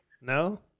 No